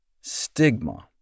stigma